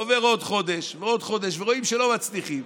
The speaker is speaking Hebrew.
עובר עוד חודש ועוד חודש ורואים שלא מצליחים.